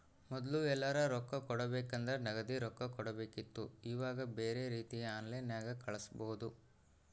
ಮೊದ್ಲು ಎಲ್ಯರಾ ರೊಕ್ಕ ಕೊಡಬೇಕಂದ್ರ ನಗದಿ ರೊಕ್ಕ ಕೊಡಬೇಕಿತ್ತು ಈವಾಗ ಬ್ಯೆರೆ ರೀತಿಗ ಆನ್ಲೈನ್ಯಾಗ ಕಳಿಸ್ಪೊದು